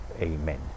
Amen